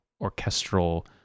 orchestral